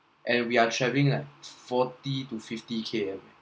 and we are travelling like forty to fifty K_M eh